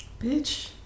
Bitch